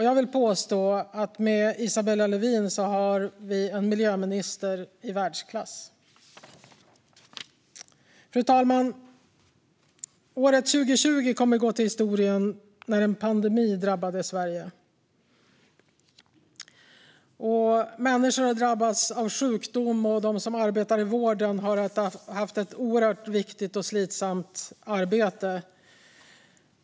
Jag vill påstå att vi med Isabella Lövin har en miljöminister i världsklass. Fru talman! Året 2020 kommer att gå till historien som året då en pandemi drabbade Sverige. Människor har drabbats av sjukdom, och de som arbetar i vården har haft ett oerhört viktigt och slitsamt arbete.